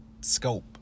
scope